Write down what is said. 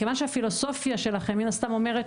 מכיוון שהפילוסופיה שלכם מן הסתם אומרת